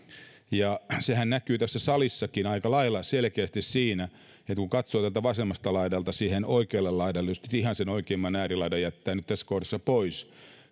sehän näkyy tässä salissakin aika lailla selkeästi siinä että kun katsoo täältä vasemmalta laidalta sinne oikealle laidalle jos nyt ihan sen oikeimman äärilaidan jättää tässä kohdassa pois